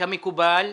כמקובל,